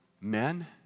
men